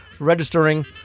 registering